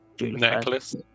necklace